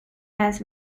has